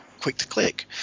quick-to-click